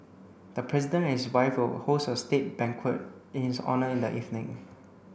the president and his wife will host a state banquet in his honour in the evening